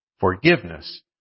Forgiveness